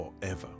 forever